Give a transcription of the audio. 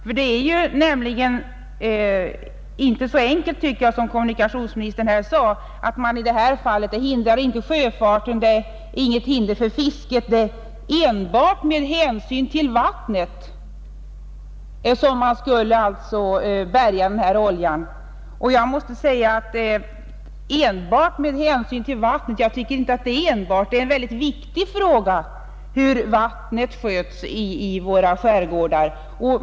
oljeskador Det är inte så enkelt som kommunikationsministern sade att detta fartyg inte hindrar sjöfarten eller fisket — det är enbart med hänsyn till vattnet som man skulle bärga oljan, Det är väldigt viktigt hur vattnet sköts i våra skärgårdar, så det är fel att använda ordet ”enbart” om vattnet.